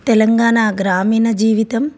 తెలంగాణ గ్రామీణ జీవితం